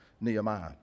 Nehemiah